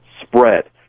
spread